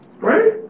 right